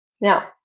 Now